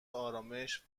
ارامش